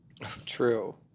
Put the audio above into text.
True